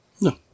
No